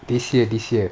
this year this year